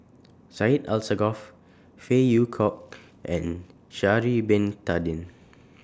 Syed Alsagoff Phey Yew Kok and Sha'Ari Bin Tadin